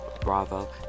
Bravo